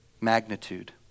magnitude